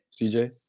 cj